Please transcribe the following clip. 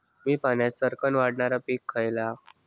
कमी पाण्यात सरक्कन वाढणारा पीक खयला?